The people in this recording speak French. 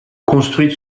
construite